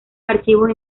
archivos